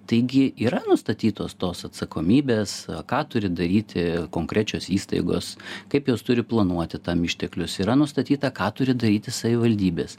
taigi yra nustatytos tos atsakomybės ką turi daryti konkrečios įstaigos kaip jos turi planuoti tam išteklius yra nustatyta ką turi daryti savivaldybės